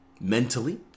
mentally